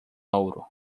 ouro